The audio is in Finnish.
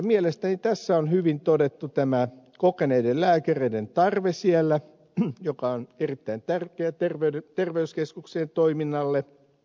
mielestäni tässä on hyvin todettu kokeneiden lääkäreiden tarve siellä joka on erittäin tärkeä terveyskeskuksien toiminnalle